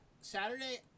Saturday